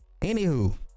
Anywho